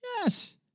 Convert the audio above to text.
Yes